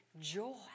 joy